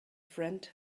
friend